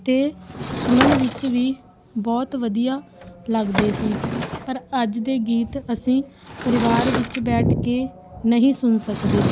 ਅਤੇ ਸੁਣਨ ਵਿੱਚ ਵੀ ਬਹੁਤ ਵਧੀਆ ਲੱਗਦੇ ਸੀ ਪਰ ਅੱਜ ਦੇ ਗੀਤ ਅਸੀਂ ਪਰਿਵਾਰ ਵਿੱਚ ਬੈਠ ਕੇ ਨਹੀਂ ਸੁਣ ਸਕਦੇ